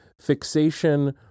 fixation